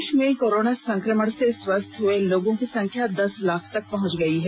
देश में कोरोना संक्रमण से स्वस्थ हुए लोगों की संख्या दस लाख तक पहुंच गई है